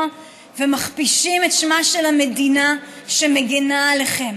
ומכפישים את שמה של המדינה שמגינה עליכם.